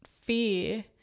fear